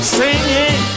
singing